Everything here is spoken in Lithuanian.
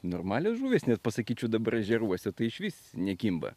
normalios žuvys net pasakyčiau dabar ežeruose tai išvis nekimba